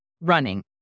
Running